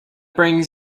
brings